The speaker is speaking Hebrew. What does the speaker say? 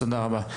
תודה רבה.